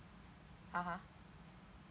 (uh huh)